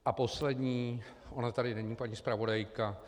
A poslední ona tady není paní zpravodajka.